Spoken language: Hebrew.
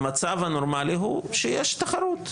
המצב הנורמלי הוא שיש תחרות.